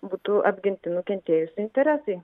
būtų apginti nukentėjusiųjų interesai